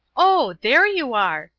oh, there you are!